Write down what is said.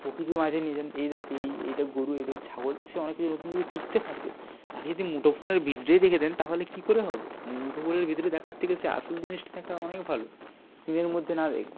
প্রকৃতির মাঝে নিয়ে যান এই দেখ এই এইটা গোরু এই দেখ ছাগল সে অনেক কিছু নতুন কিছু শিখতে পারবে তাকে যদি মুঠো ফোনের ভিতরেই রেখে দেন তাহলে কী করে হবে মুঠো ফোনের ভিতরে দেখার থেকে সে আসল জিনিসটা দেখা অনেক ভালো স্ক্রীনের মধ্যে না দেখে